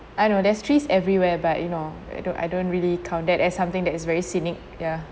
I know there's trees everywhere but you know I don't I don't really count that as something that is very scenic ya